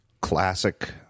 classic